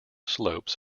slopes